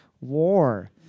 War